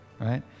Right